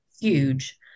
huge